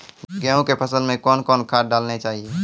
गेहूँ के फसल मे कौन कौन खाद डालने चाहिए?